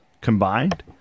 combined